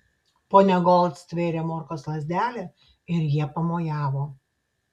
ponia gold stvėrė morkos lazdelę ir ja pamojavo